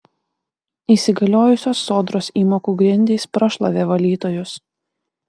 įsigaliojusios sodros įmokų grindys prašlavė valytojus